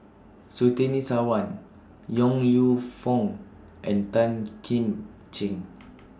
Surtini Sarwan Yong Lew Foong and Tan Kim Ching